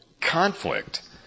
conflict